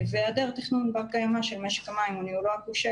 היעדר תכנון בר קיימה של משק המים וניהולו הכושל